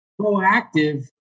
proactive